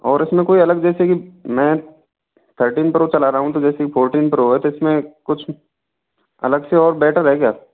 और इसमें कोई अलग जैसे कि मैं थर्टीन प्रो चला रहा हूँ तो जैसे ही फोर्टीन प्रो है तो इसमें कुछ अलग से और बेटर है क्या